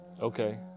okay